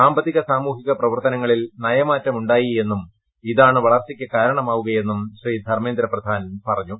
സാമ്പത്തിക സാമൂഹിക പ്രവർത്തനങ്ങളിൽ നയമാറ്റം ഉണ്ടായി ഇതാണ് വളർച്ചയ്ക്ക് കാരണമാവുകയെന്നും എന്നും ശ്രീ ധർമ്മേന്ദ്ര പ്രധാൻ പറഞ്ഞു